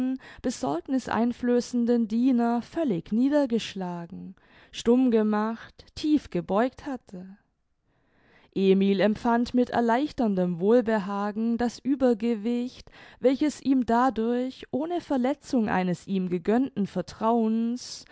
besorgniß einflößenden diener völlig niedergeschlagen stumm gemacht tief gebeugt hatte emil empfand mit erleichterndem wohlbehagen das uebergewicht welches ihm dadurch ohne verletzung eines ihm gegönnten vertrauens